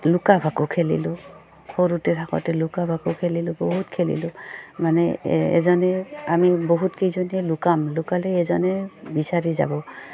লুকা ভাকু খেলিলোঁ সৰুতে থাকোঁতে লুকা ভাকু খেলিলোঁ বহুত খেলিলোঁ মানে এজনে আমি বহুত কেইজনীয়ে লুকাম লুকালে এজনে বিচাৰি যাব